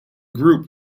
group